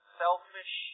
selfish